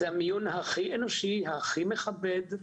זה המיון הכי אנושי, הכי מכבד,